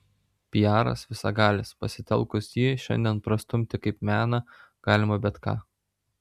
piaras visagalis pasitelkus jį šiandien prastumti kaip meną galima bet ką